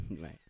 right